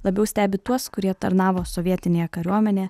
labiau stebi tuos kurie tarnavo sovietinėje kariuomenėje